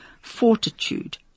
fortitude